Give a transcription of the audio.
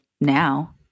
now